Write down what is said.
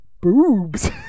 boobs